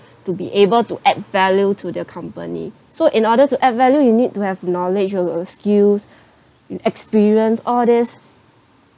to be able to add value to the company so in order to add value you need to have knowledge uh uh skills experience all these